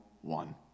one